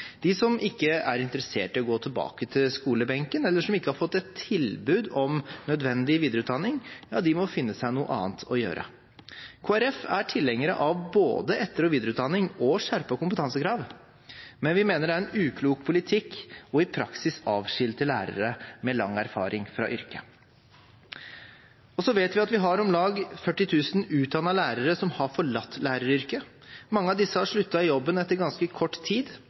De som ikke er interessert i å gå tilbake til skolebenken, eller som ikke har fått et tilbud om nødvendig videreutdanning, må finne seg noe annet å gjøre. Kristelig Folkeparti er tilhenger av både etter- og videreutdanning og skjerpede kompetansekrav, men vi mener det er uklok politikk i praksis å avskilte lærere med lang erfaring fra yrket. Vi vet at vi har om lag 40 000 utdannede lærere som har forlatt læreryrket. Mange av disse har sluttet i jobben etter ganske kort tid.